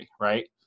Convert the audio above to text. right